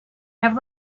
have